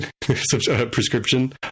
prescription